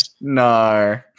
No